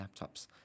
laptops